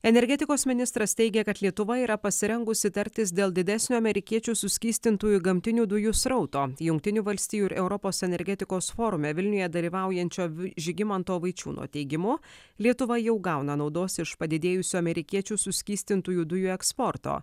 energetikos ministras teigia kad lietuva yra pasirengusi tartis dėl didesnio amerikiečių suskystintųjų gamtinių dujų srauto jungtinių valstijų ir europos energetikos forume vilniuje dalyvaujančio žygimanto vaičiūno teigimu lietuva jau gauna naudos iš padidėjusio amerikiečių suskystintųjų dujų eksporto